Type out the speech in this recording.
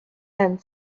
and